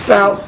Now